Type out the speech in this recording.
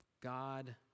God